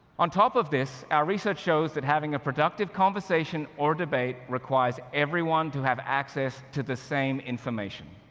on top of this, our research shows that having a productive conversation or debate requires everyone to have access to the same information.